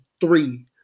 three